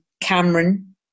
Cameron